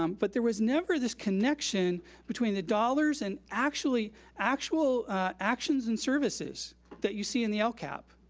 um but there was never this connection between the dollars and actually actual actions and services that you see in the lcap.